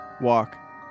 walk